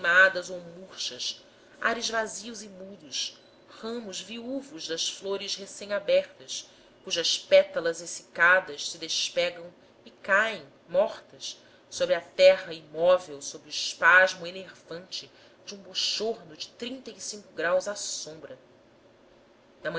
ou murchas ares vazios e mudos ramos viúvos das flores recém abertas cujas pétalas exsicadas se despegam e caem mortas sobre a terra imóvel sob o espasmo enervante de um bochorno de o à sombra